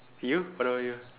you what about you